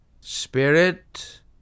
Spirit